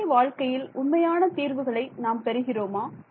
நடைமுறை வாழ்க்கையில் உண்மையான தீர்வுகளை நாம் பெறுகிறோமா